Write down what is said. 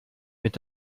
mit